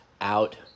out